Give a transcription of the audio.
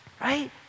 Right